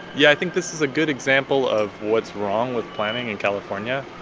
yeah. i think this is a good example of what's wrong with planning in california.